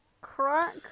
crack